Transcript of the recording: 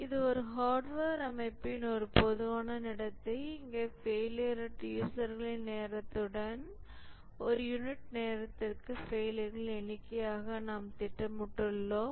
இது ஒரு ஹார்ட்வேர் அமைப்பின் ஒரு பொதுவான நடத்தை இங்கே ஃபெயிலியர் ரேட் யூசர்களின் நேரத்துடன் ஒரு யூனிட் நேரத்திற்கு ஃபெயிலியர்களின் எண்ணிக்கையாக நாம் திட்டமிட்டுள்ளோம்